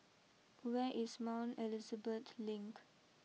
where is Mount Elizabeth Link